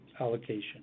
allocation